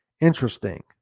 interesting